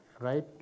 right